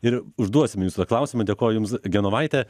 ir užduosime jūsų tą klausimą dėkoju jums genovaite